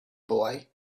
boy